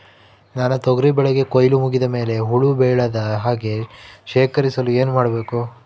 ನನ್ನ ತೊಗರಿ ಬೆಳೆಗೆ ಕೊಯ್ಲು ಮುಗಿದ ಮೇಲೆ ಹುಳು ಬೇಳದ ಹಾಗೆ ಶೇಖರಿಸಲು ಏನು ಮಾಡಬೇಕು?